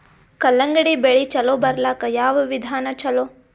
ಕಲ್ಲಂಗಡಿ ಬೆಳಿ ಚಲೋ ಬರಲಾಕ ಯಾವ ವಿಧಾನ ಚಲೋ?